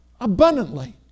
abundantly